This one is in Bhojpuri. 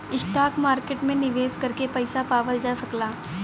स्टॉक मार्केट में निवेश करके पइसा पावल जा सकला